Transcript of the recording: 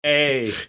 Hey